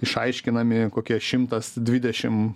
išaiškinami kokie šimtas dvidešim